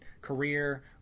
career